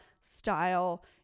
style